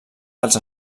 dels